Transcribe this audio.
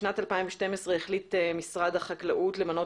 בשנת 2012 החליט משרד החקלאות למנות